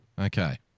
Okay